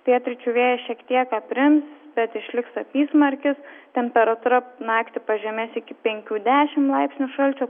pietryčių vėjas šiek tiek aprims bet išliks apysmarkis temperatūra naktį pažemės iki penkių dešimt laipsnių šalčio